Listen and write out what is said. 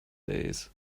days